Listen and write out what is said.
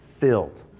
filled